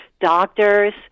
doctors